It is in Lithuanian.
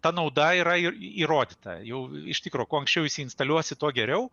ta nauda yra ir įrodyta jau iš tikro kuo anksčiau isinstaliuosi tuo geriau